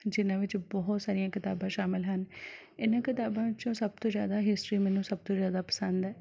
ਜਿਨ੍ਹਾਂ ਵਿੱਚ ਬਹੁਤ ਸਾਰੀਆਂ ਕਿਤਾਬਾਂ ਸ਼ਾਮਿਲ ਹਨ ਇਹਨਾਂ ਕਿਤਾਬਾਂ ਵਿੱਚੋਂ ਸਭ ਤੋਂ ਜ਼ਿਆਦਾ ਹਿਸਟਰੀ ਮੈਨੂੰ ਸਭ ਤੋਂ ਜ਼ਿਆਦਾ ਪਸੰਦ ਹੈ